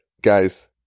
guys